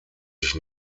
sich